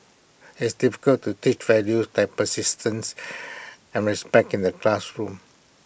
it's difficult to teach values like persistence and respect in the classroom